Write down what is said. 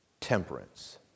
temperance